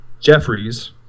Jeffries